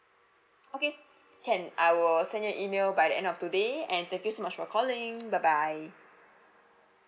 okay can I will send you an email by the end of today and thank you so much for calling bye bye